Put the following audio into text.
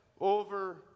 over